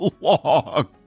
long